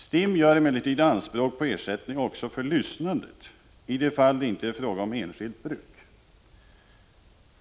STIM gör emellertid anspråk på ersättning också för lyssnandet i de fall det inte är fråga om enskilt bruk.